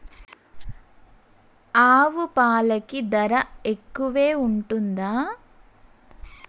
ఆవు పాలకి ధర ఎక్కువే ఉంటదా?